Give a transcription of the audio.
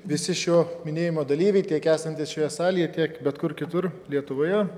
visi šio minėjimo dalyviai tiek esantys šioje salėje tiek bet kur kitur lietuvoje